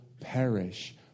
perish